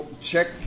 Check